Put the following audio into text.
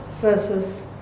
versus